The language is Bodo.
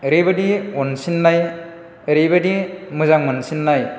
ओरैबायदि अनसिननाय ओरैबायदि मोजां मोनसिननाय